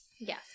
Yes